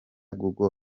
google